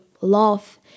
love